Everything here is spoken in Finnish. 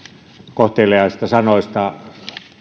kohteliaista sanoista